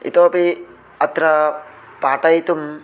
इतोपि अत्र पाठयितुम्